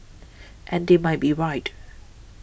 and they might be right